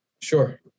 Sure